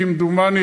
כמדומני,